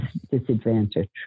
disadvantage